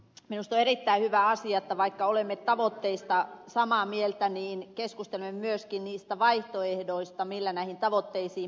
minusta on erittäin hyvä asia että vaikka olemme tavoitteista samaa mieltä niin keskustelemme myöskin niistä vaihtoehdoista millä näihin tavoitteisiin päästään